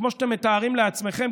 כמו שאתם מתארים לעצמכם,